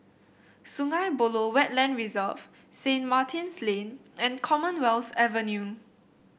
Sungei Buloh Wetland Reserve Saint Martin's Lane and Commonwealth Avenue